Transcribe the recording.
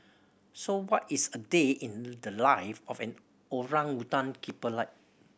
so what is a day in the life of an orangutan keeper like